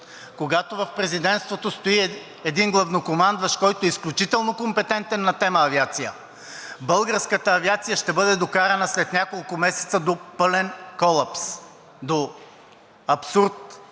когато в президентството стои един главнокомандващ, който е изключително компетентен на тема авиация – българската авиация ще бъде докарана след няколко месеца до пълен колапс, до абсурд,